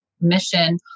mission